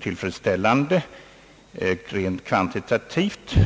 tillfredsställande rent kvantitativt.